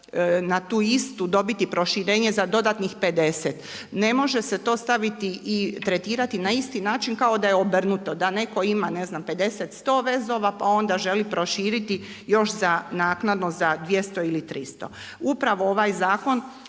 na tu istu dobiti proširenje za dodatnih 50. Ne može se to staviti i tretirati na isti način kao da je obrnuto. Da netko ima ne znam, 500, 100 vezova pa onda želi proširiti još naknadno za 200 ili 300. Upravo ovaj zakon